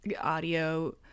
audio